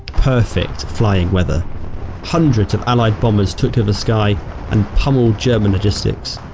perfect flying weather hundreds of allied bombers took to the sky and pummeled german logistics.